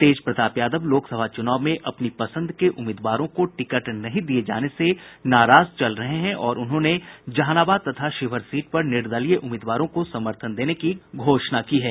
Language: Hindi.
तेज प्रताप यादव लोकसभा चुनाव में अपनी पसंद के उम्मीदवारों को टिकट नहीं दिये जाने से नाराज चल रहे हैं और उन्होंने जहानाबाद तथा शिवहर सीट पर निर्दलीय उम्मीदवारों को समर्थन देने की घोषणा की है